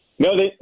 No